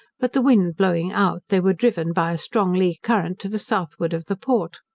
but the wind blowing out, they were driven by a strong lee current to the southward of the port.